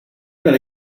gonna